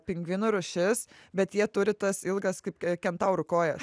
pingvinų rūšis bet jie turi tas ilgas kaip kentaurų kojas